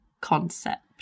concept